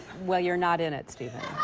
well, you're not in it, stephen?